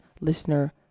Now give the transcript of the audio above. listener